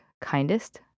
kindest